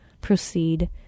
proceed